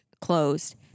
closed